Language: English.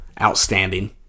outstanding